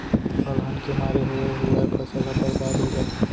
अलहन के मारे होवे हुवाए फसल ह बरबाद हो जाथे